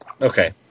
Okay